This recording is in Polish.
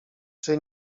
czy